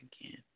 again